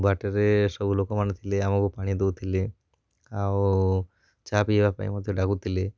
ବାଟରେ ସବୁ ଲୋକମାନେ ଥିଲେ ଆମକୁ ପାଣି ଦେଉଥିଲେ ଆଉ ଚାହା ପିଇବା ପାଇଁ ମଧ୍ୟ ଆମକୁ ଡାକୁଥିଲେ